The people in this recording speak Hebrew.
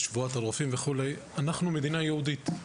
לשבועת הרופאים וכו' אנחנו מדינה יהודית;